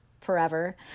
forever